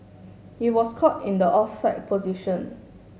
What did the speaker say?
he was caught in the offside position